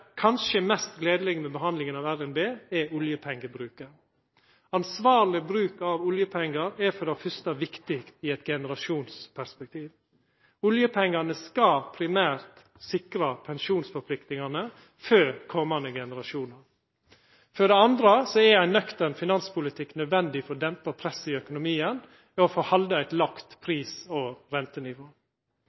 mest gledelege med behandlinga av RNB er oljepengebruken. Ein ansvarleg bruk av oljepengar er for det første viktig i eit generasjonsperspektiv. Oljepengane skal primært sikra pensjonsforpliktingane for komande generasjonar. For det andre er ein nøktern finanspolitikk nødvendig for å dempa presset i økonomien og for å halda eit lågt pris- og rentenivå.